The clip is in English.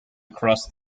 across